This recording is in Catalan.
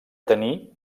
tenir